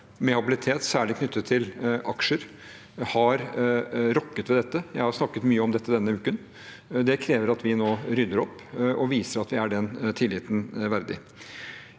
habilitet, særlig knyttet til aksjer, har rokket ved dette. Jeg har snakket mye om dette denne uken. Det krever at vi nå rydder opp og viser at vi er den tilliten verdig.